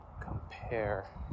compare